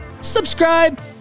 subscribe